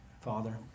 Father